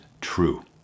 true